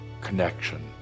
connection